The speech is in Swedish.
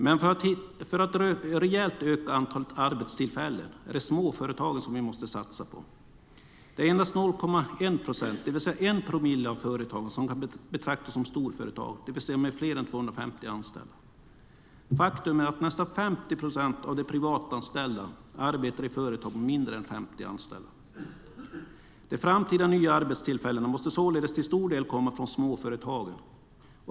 Men för att rejält öka antalet arbetstillfällen är det småföretagen som vi måste satsa på. Endast 0,1 procent, 1 promille, av företagen kan betraktas som storföretag, det vill säga med fler än 250 anställda. Faktum är att nästan 50 procent av de privatanställda arbetar i företag med mindre än 50 anställda. De framtida nya arbetstillfällena måste således till stor del komma från småföretagen.